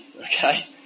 okay